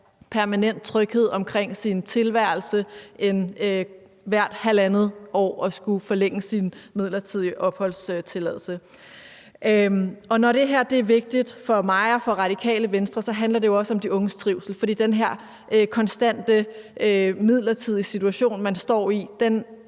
permanent tryghed omkring sin tilværelse end hvert halvandet år at skulle forlænge sin midlertidige opholdstilladelse? Når det her er vigtigt for mig og for Radikale Venstre, handler det også om de unges trivsel, fordi den her konstante midlertidige situation, man står i, er